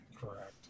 Correct